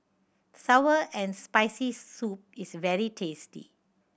sour and Spicy Soup is very tasty